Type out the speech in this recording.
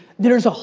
there is, ah